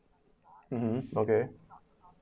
mmhmm okay